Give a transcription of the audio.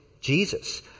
Jesus